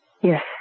Yes